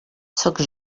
sóc